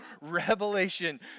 Revelation